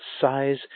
size